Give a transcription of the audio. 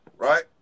right